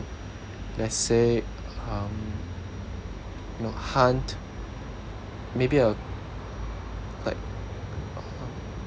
let's say um know hunt maybe uh like uh